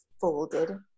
folded